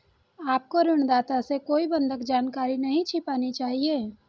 आपको ऋणदाता से कोई बंधक जानकारी नहीं छिपानी चाहिए